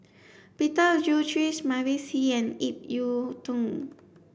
Peter Gilchrist Mavis Hee and Ip Yiu Tung